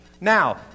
Now